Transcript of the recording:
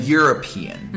European